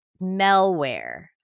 malware